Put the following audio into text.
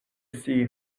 see